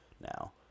now